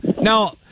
now